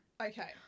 Okay